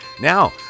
Now